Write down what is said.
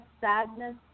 sadness